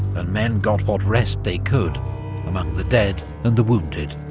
and men got what rest they could among the dead and the wounded.